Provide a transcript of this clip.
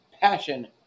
passion